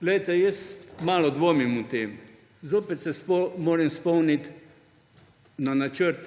Glejte, jaz malo dvomim o tem. Zopet se moram spomniti na načrt